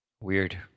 Weird